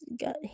got